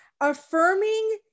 affirming